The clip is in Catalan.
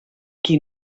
qui